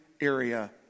area